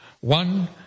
One